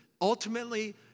Ultimately